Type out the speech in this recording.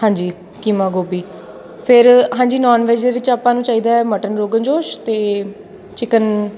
ਹਾਂਜੀ ਕੀਮਾ ਗੋਭੀ ਫੇਰ ਹਾਂਜੀ ਨੋਨ ਵੈੱਜ ਦੇ ਵਿੱਚ ਆਪਾਂ ਨੂੰ ਚਾਹੀਦਾ ਮਟਨ ਰੋਗਨ ਜੋਸ਼ ਅਤੇ ਚਿਕਨ